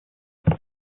vor